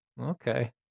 Okay